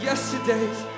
Yesterday's